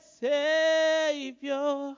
savior